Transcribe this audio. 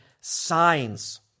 signs